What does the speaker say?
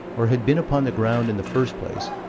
or had been upon the ground in the first place,